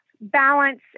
balance